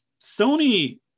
Sony